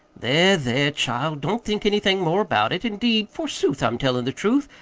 there, there, child, don't think anything more about it. indeed, forsooth, i'm tellin' the truth,